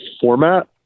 format